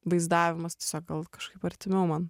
vaizdavimas tiesiog gal kažkaip artimiau man